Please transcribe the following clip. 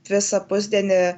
visą pusdienį